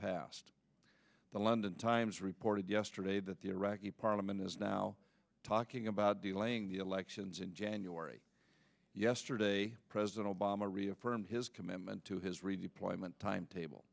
passed the london times reported yesterday that the iraqi parliament is now talking about delaying the elections in january yesterday president obama reaffirmed his commitment to his redeployment timetable